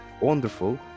wonderful